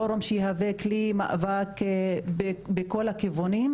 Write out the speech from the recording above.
פורום שיהווה כלי מאבק בכל הכיוונים,